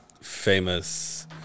famous